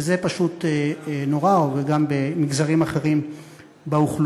שזה פשוט נורא, גם מגזרים אחרים באוכלוסייה.